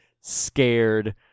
scared